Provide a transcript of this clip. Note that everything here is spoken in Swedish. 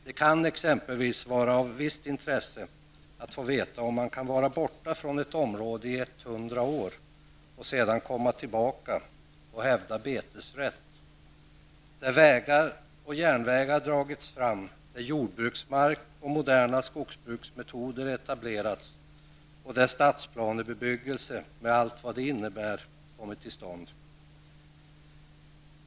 Det kan exempelvis vara av visst intresse att få veta om man kan vara borta från ett område i hundra år och sedan komma tillbaka och hävda betesrätt där vägar och järnvägar dragits fram, där jordbruksmark och moderna skogsbruksmetoder etablerats och där stadsplanebebyggelse med allt vad det innebär kommit till stånd.